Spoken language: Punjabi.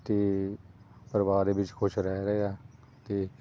ਅਤੇ ਪਰਿਵਾਰ ਦੇ ਵਿੱਚ ਖੁਸ਼ ਰਹਿ ਰਹੇ ਆ ਅਤੇ